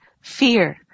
fear